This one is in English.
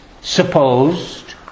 supposed